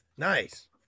Nice